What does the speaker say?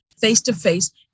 face-to-face